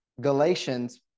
Galatians